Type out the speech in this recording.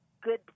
good